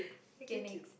okay next